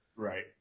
Right